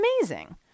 amazing